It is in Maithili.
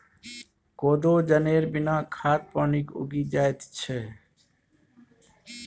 कोदो जनेर बिना खाद पानिक उगि जाएत छै